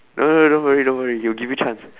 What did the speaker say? no no don't worry don't worry he'll give you chance